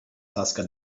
tasca